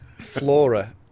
Flora